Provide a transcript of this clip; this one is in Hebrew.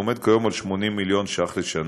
וכיום הוא 80 מיליון ש"ח לשנה.